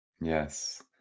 Yes